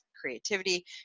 creativity